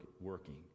working